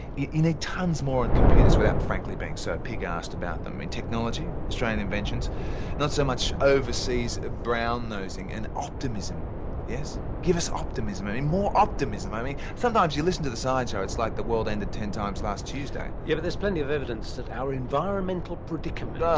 you you need tons more on computers without frankly, being so pig arsed about them. and technology, australian inventions not so much overseas brown nosing. and optimism yes? give us optimism, i mean more optimism. i mean sometimes you listen to the science show it's like the world ended ten times last tuesday. yeah, but there's plenty of evidence that our environmental predicament. um